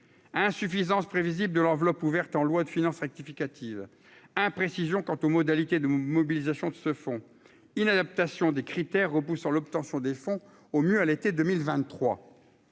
insuffisance prévisible de l'enveloppe ouverte en loi de finances rectificative imprécision quant aux modalités de mobilisation de ce fonds inadaptation des critères, repoussant l'obtention des fonds au mieux à l'été 2023